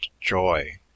joy